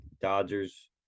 Dodgers